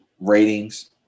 ratings